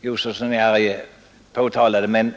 Josefson i Arrie påtalade.